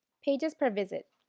pages per visit.